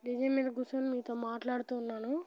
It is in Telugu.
డీజే మీద కూర్చుని మీతో మాట్లాడుతు ఉన్నాను